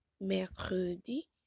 mercredi